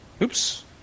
oops